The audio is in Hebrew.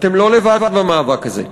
אתם לא לבד במאבק הזה.